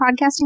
podcasting